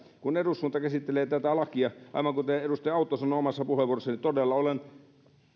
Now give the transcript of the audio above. kun eduskunta käsittelee tätä lakia aivan kuten edustaja autto sanoi omassa puheenvuorossaan niin todella olen